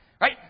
Right